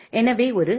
எனவே ஒரு வி